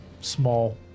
small